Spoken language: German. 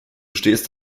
stehst